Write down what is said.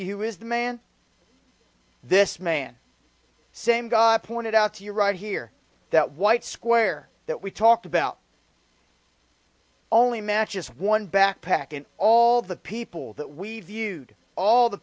you is the man this man same guy pointed out to you right here that white square that we talked about only matches one backpack and all the people that we've used all the